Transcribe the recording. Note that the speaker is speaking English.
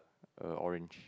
err orange